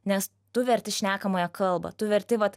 nes tu verti šnekamąją kalbą tu verti vat